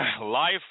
Life